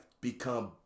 Become